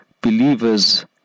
believers